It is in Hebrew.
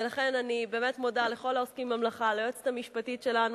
ולכן אני באמת מודה לכל העוסקים במלאכה: ליועצת המשפטית שלנו,